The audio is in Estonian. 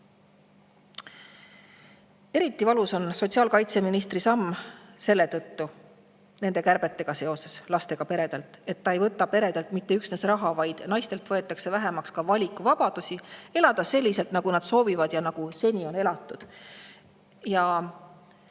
Eriti valus on sotsiaalkaitseministri samm nende kärbetega seotud lastega perede jaoks selle tõttu, et ta ei võta peredelt mitte üksnes raha, vaid naistelt võetakse vähemaks ka valikuvabadusi elada selliselt, nagu nad soovivad ja nagu nad seni on elanud.